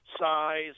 size